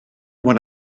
when